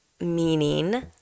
meaning